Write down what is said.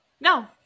No